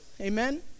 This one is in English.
amen